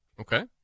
Okay